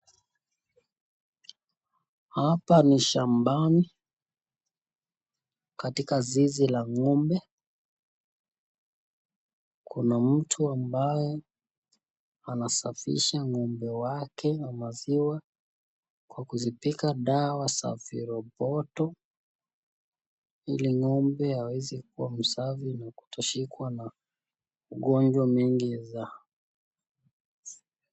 Hapa ni shambani katika zizi la ng'ombe. Kuna mtu ambaye anasafisha ng'ombe wake wa maziwa kwa kuzipiga dawa za viroboto, ili ng'ombe aweze kuwa msafi na kutoshikwa na ugonjwa mengi za